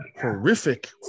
horrific